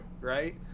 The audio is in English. right